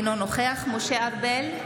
אינו נוכח משה ארבל,